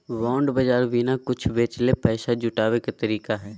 bond बाज़ार बिना कुछ बेचले पैसा जुटाबे के तरीका हइ